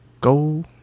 go